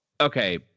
okay